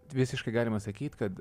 visiškai galima sakyt kad